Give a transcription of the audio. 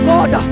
God